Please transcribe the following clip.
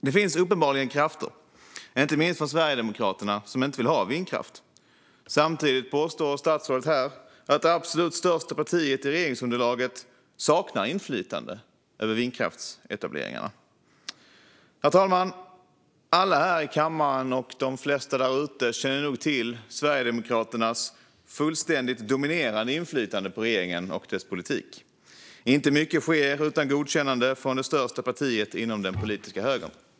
Det finns uppenbarligen krafter, inte minst från Sverigedemokraterna, som inte vill ha vindkraft. Samtidigt påstår statsrådet här att det absolut största partiet i regeringsunderlaget saknar inflytande över vindkraftsetableringarna. Herr talman! Alla här i kammaren och de flesta där ute känner nog till Sverigedemokraternas fullständigt dominerande inflytande över regeringen och dess politik. Inte mycket sker utan godkännande från det största partiet inom den politiska högern.